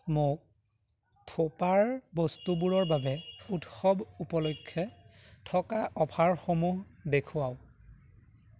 মোক থোপাৰ বস্তুবোৰৰ বাবে উৎসৱ উপলক্ষে থকা অফাৰসমূহ দেখুৱাওক